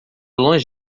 longe